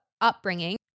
upbringing